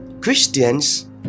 Christians